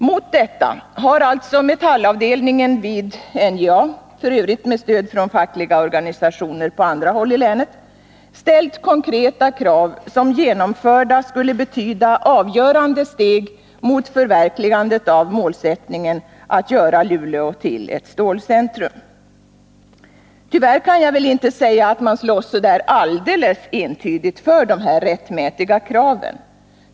Mot det har alltså metallavdelningen vid NJA, f. ö. med stöd från fackliga organisationer på andra håll i länet, ställt konkreta krav som genomförda skulle betyda avgörande steg mot förverkligandet av målsättningen att göra Luleå till ett stålcentrum. Tyvärr kan jag inte säga att man slåss alldeles entydigt för dessa rättmätiga krav.